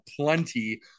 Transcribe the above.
plenty